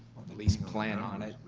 at least plan on it,